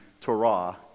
Torah